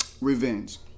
revenge